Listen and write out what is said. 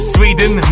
Sweden